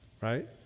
Right